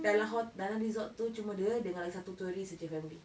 dalam hot~ dalam resort tu cuma dia dengan lagi satu tourist jer family